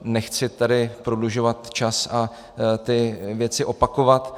Nechci tady prodlužovat čas a věci opakovat.